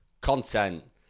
content